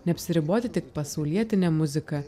neapsiriboti tik pasaulietine muzika